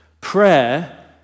Prayer